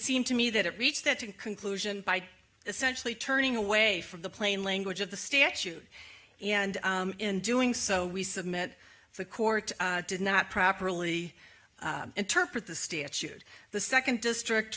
seemed to me that it reached that conclusion by essentially turning away from the plain language of the statute and in doing so we submit the court did not properly interpret the statute the second district